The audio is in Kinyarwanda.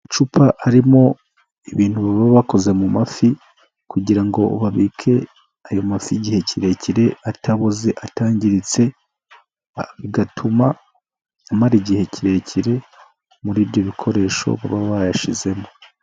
Icupa harimo ibintu baba bakoze mu mafi kugira ngo babike ayo mafi igihe kirekire ataboze, atangiritse bigatuma amara igihe kirekire muri ibyo bikoresho baba bayashizemo.